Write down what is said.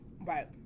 Right